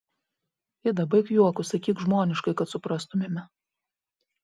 ida baik juokus sakyk žmoniškai kad suprastumėme